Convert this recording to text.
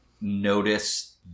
notice